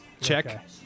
Check